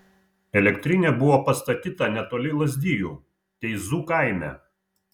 elektrinė buvo pastatyta netoli lazdijų teizų kaime